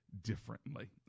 differently